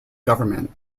government